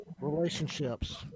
relationships